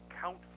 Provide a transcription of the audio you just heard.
count